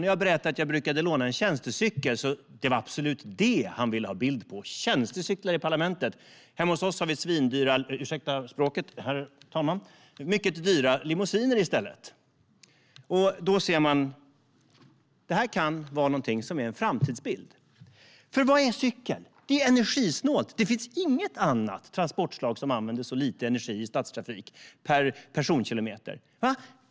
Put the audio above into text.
När jag berättade att jag brukar låna en tjänstecykel var det det han absolut ville ha bild på. Tjänstecyklar i parlamentet! Hemma hos oss har vi svindyra - ursäkta språket, herr talman - mycket dyra limousiner i stället, sa han. Då ser man att det här kan vara en framtidsbild. För vad är cykeln? Den är energisnål. Det finns inget annat transportslag som använder så lite energi i stadstrafik per personkilometer.